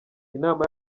inama